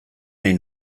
nahi